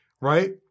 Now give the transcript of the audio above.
right